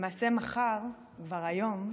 למעשה, מחר, זה כבר היום,